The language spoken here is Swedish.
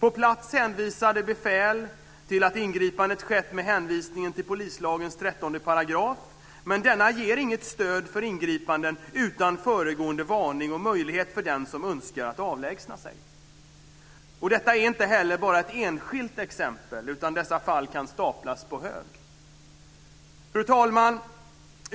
På plats hänvisade befäl till att ingripandet skedde med stöd av polislagens 13 §, men denna ger inget stöd för ingripanden utan föregående varning och möjlighet för den som önskar att avlägsna sig. Detta är inte heller bara ett enskilt exempel, utan dessa fall kan staplas på hög. Fru talman!